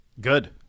Good